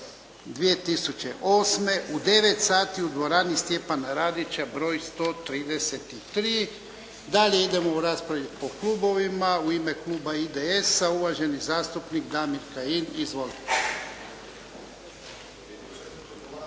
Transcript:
sati u dvorani "Stjepana Radića" broj 133. Dalje idemo u raspravi po klubovima. U ime kluba IDS-a, uvaženi zastupnik Damir Kajin. Izvolite.